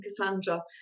Cassandra